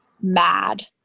mad